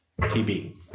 TB